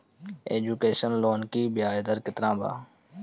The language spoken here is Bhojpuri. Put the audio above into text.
एजुकेशन लोन की ब्याज दर केतना बा?